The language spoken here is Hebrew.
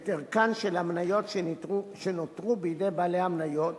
את ערכן של המניות שנותרו בידי בעלי המניות,